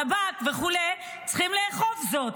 שב"כ וכו' צריכים לאכוף זאת,